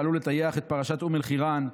פעלו לטייח את פרשת אום אל-חיראן,